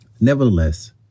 Nevertheless